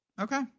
Okay